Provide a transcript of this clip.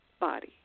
body